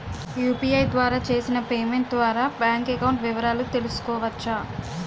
UPI ద్వారా చేసిన payment ద్వారా బ్యాంక్ అకౌంట్ వివరాలు తెలుసుకోవచ్చ?